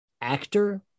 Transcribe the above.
actor